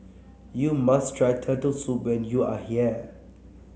you must try Turtle Soup when you are here